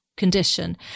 Condition